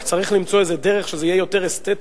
רק צריך למצוא איזה דרך שזה יהיה קצת יותר אסתטי.